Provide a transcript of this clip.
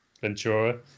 Ventura